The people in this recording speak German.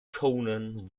conan